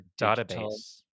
database